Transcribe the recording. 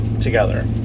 together